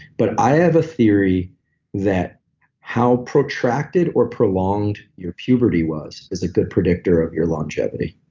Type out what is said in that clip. but i have a theory that how protracted or prolonged your puberty was is a good predictor of your longevity.